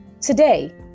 Today